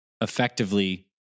Effectively